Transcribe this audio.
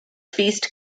feast